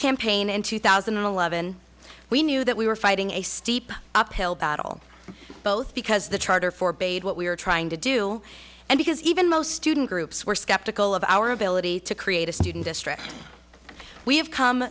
campaign in two thousand and eleven we knew that we were fighting a steep uphill battle both because the charter for bay what we are trying to do and because even most student groups were skeptical of our ability to create a student district we have come